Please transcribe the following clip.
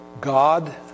God